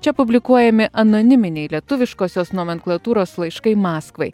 čia publikuojami anoniminiai lietuviškosios nomenklatūros laiškai maskvai